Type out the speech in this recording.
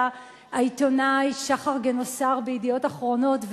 העיתונאי שחר גינוסר ב"ידיעות אחרונות",